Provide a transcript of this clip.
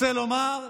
רוצה לומר,